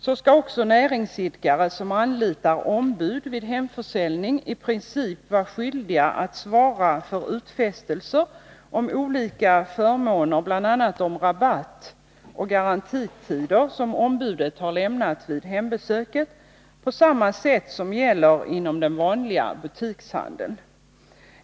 Så skall också näringsidkare som anlitar ombud vid hemförsäljning i princip vara skyldiga att svara för utfästelser om olika förmåner, bl.a. om rabatt och garantitider, som ombudet har lämnat vid hembesöket, på samma sätt som gäller inom den vanliga butikshandeln.